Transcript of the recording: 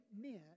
meant